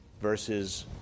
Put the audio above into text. versus